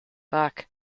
bach